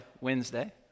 Wednesday